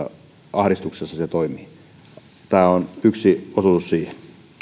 ahdistuksessa tämä on yksi osuus siihen